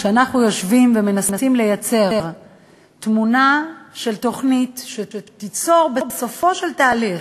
כשאנחנו יושבים ומנסים לייצר תמונה של תוכנית שתיצור בסופו של תהליך,